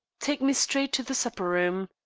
take me straight to the supper-room.